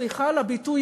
סליחה על הביטוי,